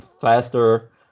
faster